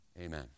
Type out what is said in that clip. amen